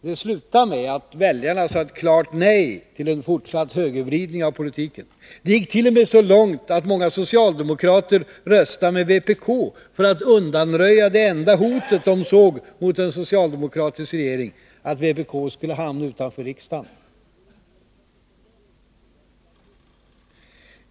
Det slutade med att väljarna sade ett klart nej till en fortsatt högervridning av politiken. Det gick t.o.m. så långt att många socialdemokrater röstade med vpk för att undanröja det enda hot de såg mot en socialdemokratisk regering — att vpk skulle hamna utanför riksdagen.